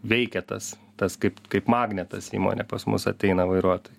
veikia tas tas kaip kaip magnetas įmonė pas mus ateina vairuotojai